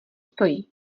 stojí